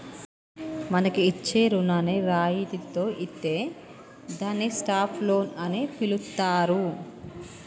మనకు ఇచ్చే రుణాన్ని రాయితితో ఇత్తే దాన్ని స్టాప్ లోన్ అని పిలుత్తారు